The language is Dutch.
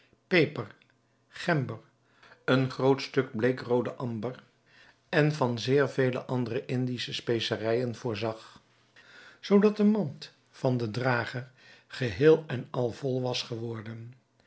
peper gember een groot stuk bleekroode amber en van zeer vele andere indische specerijen voorzag zoodat de mand van den drager geheel en al vol was geworden